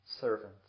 servant